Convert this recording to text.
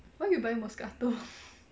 why you buy moscato